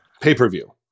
pay-per-view